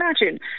imagine